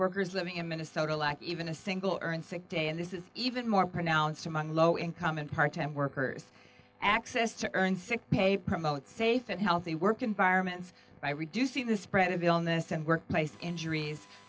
workers living in minnesota lack even a single earned sick day and this is even more pronounced among low income and part time workers access to earned sick pay promote safe and healthy work environments by reducing the spread of illness and workplace injuries